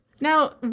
Now